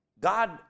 God